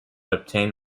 obtained